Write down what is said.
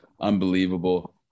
unbelievable